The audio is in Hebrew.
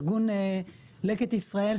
ארגון לקט ישראל,